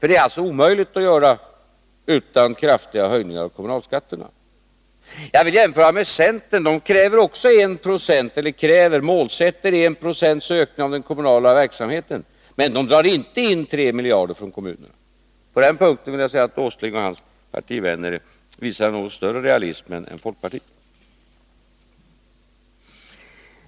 Det är alltså omöjligt att göra utan kraftiga höjningar av kommunalskatterna. Jag vill jämföra med centern — de har också som målsättning 1 20 ökning av den kommunala verksamheten, men de drar inte in 3 miljarder från kommunerna. På den punkten vill jag säga att Nils Åsling och hans partivänner visar något större realism än folkpartiet.